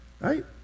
right